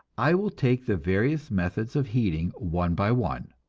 i will take the various methods of heating one by one.